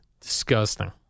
disgusting